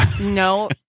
No